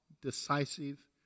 decisive